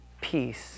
peace